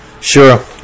sure